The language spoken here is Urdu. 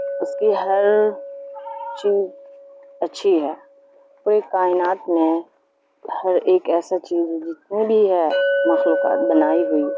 اس کی ہر چیز اچھی ہے کوئی کائنات میں ہر ایک ایسا چیز جتنے بھی ہے مخلوقات بنائی ہوئی